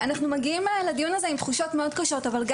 אנחנו מגיעים לדיון הזה עם תחושות מאוד